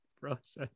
process